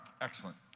excellent